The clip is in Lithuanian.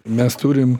mes turim